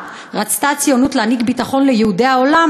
רצתה הציונות להעניק ביטחון ליהודי העולם,